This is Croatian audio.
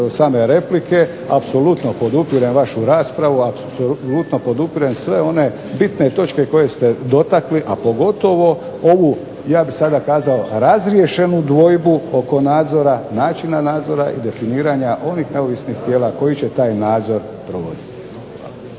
same replike, apsolutno podupirem vašu raspravu, apsolutno podupirem sve one bitne točke koje ste dotakli, a pogotovo ovu ja bih sada kazao razriješenu dvojbu oko nadzora, načina nadzora i definiranja onih neovisnih tijela koji će taj nadzor provoditi.